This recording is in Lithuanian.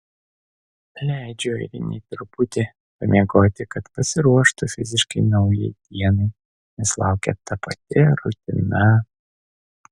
leidžiu airinei truputį pamiegoti kad pasiruoštų fiziškai naujai dienai nes laukia ta pati rutina